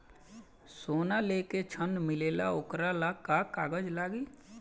सोना लेके ऋण मिलेला वोकरा ला का कागज लागी?